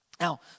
Now